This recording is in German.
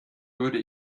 würde